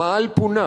המאהל פונה.